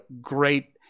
great